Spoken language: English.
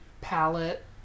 palette